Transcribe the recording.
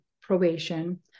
probation